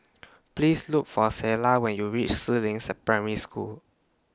Please Look For Selah when YOU REACH Si Ling Primary School